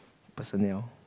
personnel